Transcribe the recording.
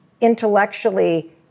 intellectually